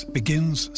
begins